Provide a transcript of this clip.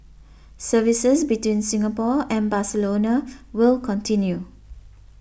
services between Singapore and Barcelona will continue